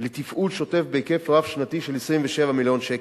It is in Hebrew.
לתפעול שוטף בהיקף רב-שנתי של 27 מיליון שקל.